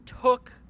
took